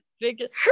biggest